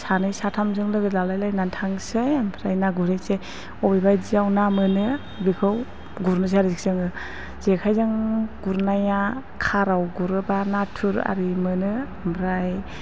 सानै साथामजों लोगो लाज्लायलायनानै थांसै ओमफ्राय ना गुरहैनोसै अबेबायदियाव ना मोनो बेखौ गुरनोसै आरो जों जेखाइजों गुरनाया खाराव गुरोब्ला नाथुर आरि मोनो ओमफ्राय